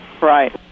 Right